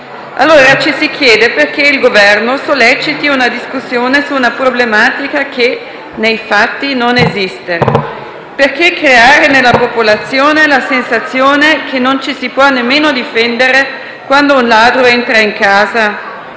Allora ci si chiede perché il Governo solleciti una discussione su una problematica che, nei fatti, non esiste. Perché creare nella popolazione la sensazione che non ci può neanche difendere quando un ladro entra in casa?